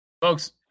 Folks